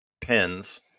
pins